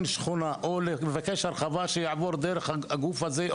שכונה או לבקש הרחבה שיעבור דרך הגוף הזה,